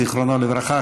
זיכרונו לברכה,